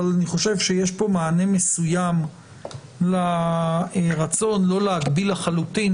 אבל אני חושב שיש פה מענה מסוים לרצון לא להגביל לחלוטין